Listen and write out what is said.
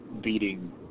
beating